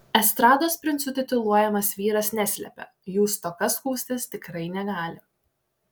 estrados princu tituluojamas vyras neslepia jų stoka skųstis tikrai negali